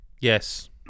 Yes